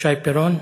שי פירון.